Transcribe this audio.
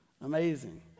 Amazing